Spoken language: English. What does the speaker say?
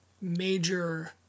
major